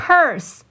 Purse